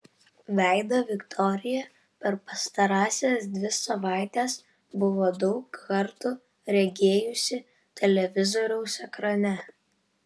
veidą viktorija per pastarąsias dvi savaites buvo daug kartų regėjusi televizoriaus ekrane